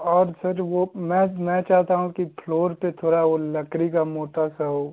और सर वो मैं मैं चाहता हूँ कि फ्लोर पर थोड़ा वो लकड़ी का मोटा सा हो